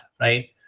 right